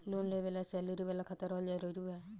Loan लेवे ला salary वाला खाता रहल जरूरी बा?